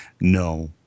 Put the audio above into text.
no